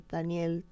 Daniel